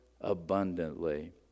abundantly